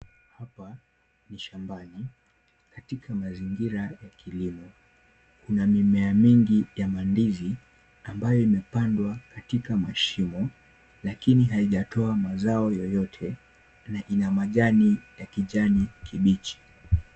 Hapa ni shambani katika mazingira ya kilimo. Kuna mimea mingi ya mandizi ambayo imepandwa katika mashimo lakini haijatoa mazao yoyote na ina majani ya kijani kibichi.